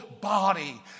body